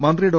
മന്ത്രി ഡോ